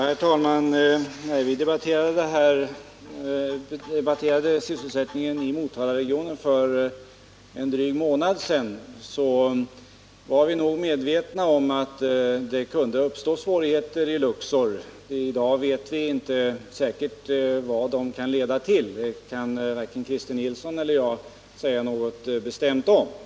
Herr talman! När vi för en dryg månad sedan debatterade sysselsättningen i Motalaregionen var vi nog medvetna om att det kunde uppstå svårigheter vid Luxor. Vi vet fortfarande inte säkert vad de kan leda till — det kan varken Christer Nilsson eller jag säga något bestämt om.